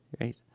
right